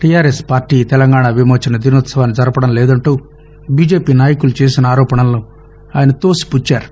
TRS party Telangana విమోచన దినోత్సవాన్ని జరపటం లేదంటూ బిజెపి నాయకులు చేసిన ఆరోపణలను ఆయన తోసిపుచ్చారు